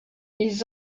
ils